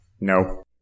No